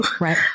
Right